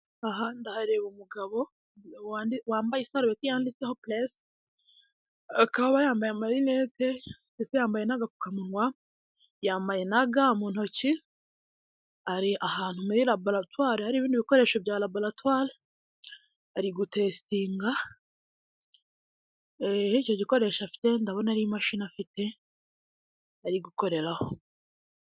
Aha ndahareba umugabo wambaye isarubeti yanditseho press akaba yambaye amarinete ndetse yambaye n'agapfukamunwa yambaye na ga mu ntoki, ari ahantu muri laboratore hari ibindi bikoresho bya laboratore ari gu tesitinga, icyo gikoresho afite ndabona ari imashini afite ari gukoreraho.